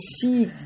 see